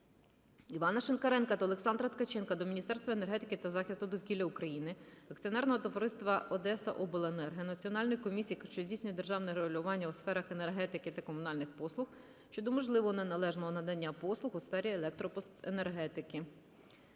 Івана Шинкаренка та Олександра Ткаченка до Міністерства енергетики та захисту довкілля України, Акціонерного товариства «Одесаобленерго», Національної комісії, що здійснює державне регулювання у сферах енергетики та комунальних послуг, щодо можливого неналежного надання послуг у сфері електроенергетики.